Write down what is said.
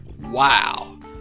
wow